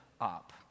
up